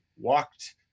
walked